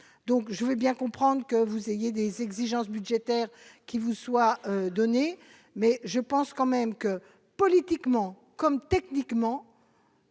donc je veux bien comprendre que vous ayez des exigences budgétaires qui vous soit donné mais je pense quand même que politiquement comme techniquement.